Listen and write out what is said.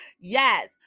yes